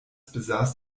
besaß